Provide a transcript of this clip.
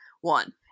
one